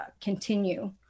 continue